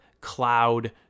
Cloud